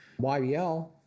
YBL